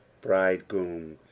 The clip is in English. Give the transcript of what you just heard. bridegroom